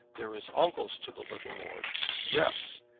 there is uncles to the little lord yes!